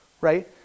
Right